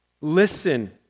Listen